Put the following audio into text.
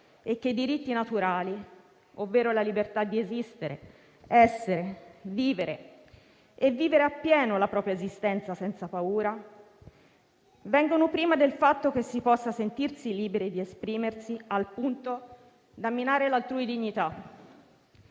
e che i diritti naturali, ovvero la libertà di esistere, essere, vivere e vivere appieno la propria esistenza, senza paura, vengono prima del fatto che si possa sentirsi liberi di esprimersi, al punto da minare l'altrui dignità.